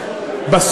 כל העולם ככה חושב.